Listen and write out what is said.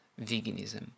veganism